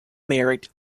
married